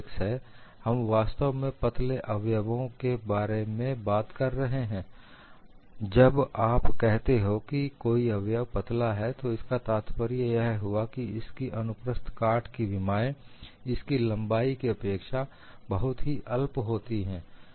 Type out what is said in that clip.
हम वास्तव में पतले अवयवों के बारे में बात कर रहे हैं जब आप कहते हो कि कोई अवयव पतला है तो इसका तात्पर्य यह हुआ कि इसकी अनुप्रस्थ काट की विमाएं इसकी लंबाई की अपेक्षा बहुत ही अल्प होती हैं